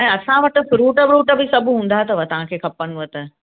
ऐं असां वटि फ्रूट व्रूट बि सभु हूंदा अथव तव्हांखे खपनि त